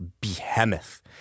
behemoth